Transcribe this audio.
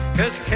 Cause